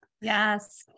Yes